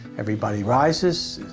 everybody rises,